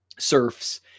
serfs